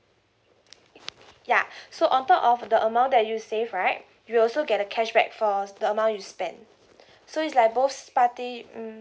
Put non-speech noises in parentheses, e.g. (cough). ya (breath) so on top of the amount that you save right you also get a cashback for the amount you spent so it's like both party mm